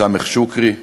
סאמח שוכרי.